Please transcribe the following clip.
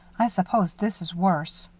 i suppose this is worse.